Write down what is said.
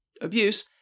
abuse